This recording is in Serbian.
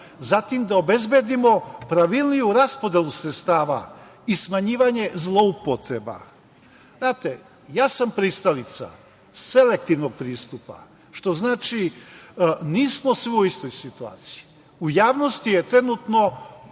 zatim da obezbedimo pravilniju raspodelu sredstava i smanjivanje zloupotreba. Ja sam pristalica selektivnog pristupa, što znači, nismo svi u istoj situaciji. U javnosti je trenutno